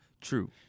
True